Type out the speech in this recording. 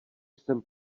jsem